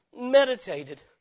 meditated